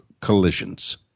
collisions